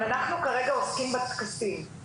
אבל אנחנו כרגע עוסקים בטקסים.